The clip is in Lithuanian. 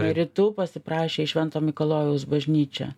rytų pasiprašė į švento mikalojaus bažnyčią